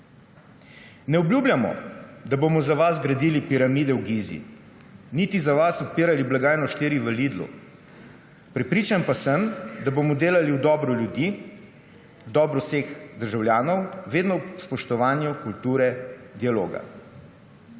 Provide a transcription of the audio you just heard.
Ne obljubljamo, da bomo za vas gradili piramide v Gizi niti da bomo za vas odpirali blagajno 4 v Lidlu, prepričan pa sem, da bomo delali v dobro ljudi, dobro vseh državljanov, vedno ob spoštovanju kulture dialoga.